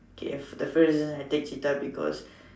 okay def~ definitely I take cheetah because